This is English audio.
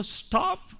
stop